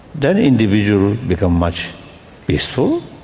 then individuals become much peaceful,